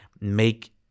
make—